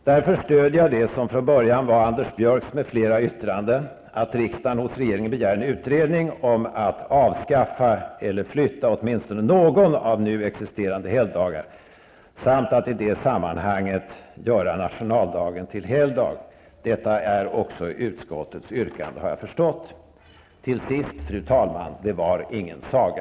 Därför stöder jag det som från början var Anders Björcks m.fl. yttranden att riksdagen hos regeringen begär en utredning om att avskaffa eller åtminstone flytta någon nu existerande helgdag samt att göra nationaldagen till helgdag. Jag har förstått att detta också är utskottets yrkande. Till sist, fru talman, det var ingen saga.